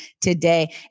today